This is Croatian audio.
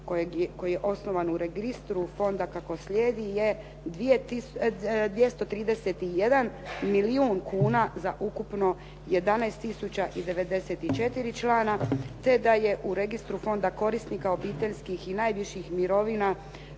koji je osnovan u registru fonda kako slijedi je 231 milijun kuna za ukupno 11094 člana te da je u registru fonda korisnika obiteljskih i najviših mirovina